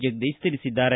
ಜಗದೀಶ್ ತಿಳಿಸಿದ್ದಾರೆ